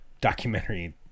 documentary